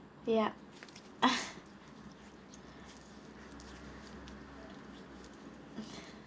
ya